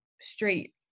straight